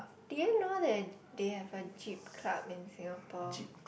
did you know that they have a jeep club in Singapore